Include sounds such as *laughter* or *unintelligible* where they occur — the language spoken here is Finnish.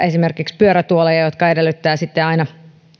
*unintelligible* esimerkiksi sellaisia pyörätuoleja jotka edellyttävät aina